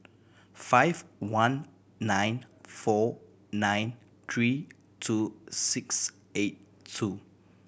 five one nine four nine three two six eight two